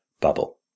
bubble